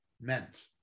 meant